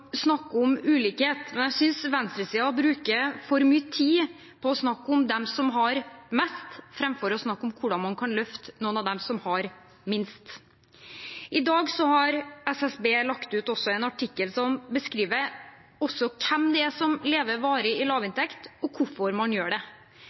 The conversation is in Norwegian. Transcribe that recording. om ulikhet, men jeg synes venstresiden bruker for mye tid på å snakke om dem som har mest, framfor å snakke om hvordan man kan løfte noen av dem som har minst. I dag har SSB lagt ut en artikkel som beskriver hvem som lever varig i